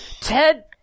Ted